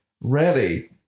Ready